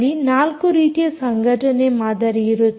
ಅಲ್ಲಿ 4 ರೀತಿಯ ಸಂಘಟನೆಯ ಮಾದರಿಯಿರುತ್ತದೆ